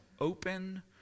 open